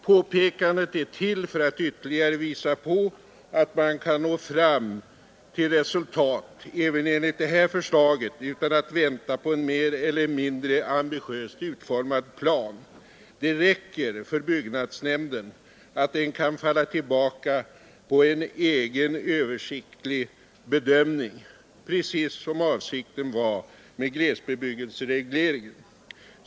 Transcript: Påpekandet är till för att ytterligare visa på att man kan nå fram till resultat även enligt det här förslaget utan att vänta på en mer eller mindre ambitiöst utformad plan. Det räcker för byggnadsnämnden, om den kan falla tillbaka på en egen översiktlig bedömning — precis som avsikten var med glesbebyggelseregleringen.